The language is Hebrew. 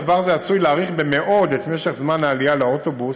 דבר זה עשוי להאריך במאוד את משך העלייה לאוטובוס